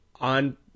on –